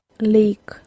leak